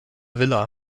villa